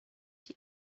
die